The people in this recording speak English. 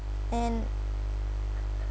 and